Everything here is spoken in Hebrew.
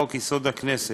הכנסת.